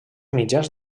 mitjans